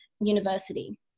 University